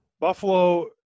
Buffalo